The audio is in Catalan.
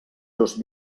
dos